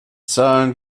zahlen